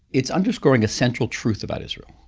it's underscoring a central truth about israel.